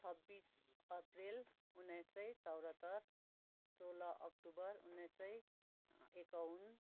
छब्बिस एप्रिल उन्नाइस सय चौहत्तर सोह्र अक्टोबर उन्नाइस सय एकउन्न